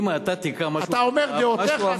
אתה אומר: דעותיך,